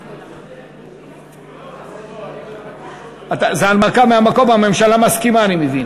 זו הנמקה מהמקום, אני מבין